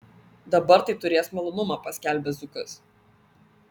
dabar tai turės malonumą paskelbė zukas